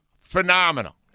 phenomenal